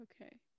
okay